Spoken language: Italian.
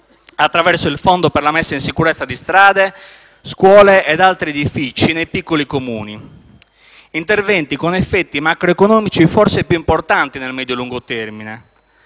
attraverso il fondo per la messa in sicurezza di strade - scuole e altri edifici nei piccoli Comuni. Si tratta di interventi con effetti macroeconomici forse più importanti nel medio e lungo termine.